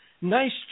nice